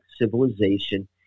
civilization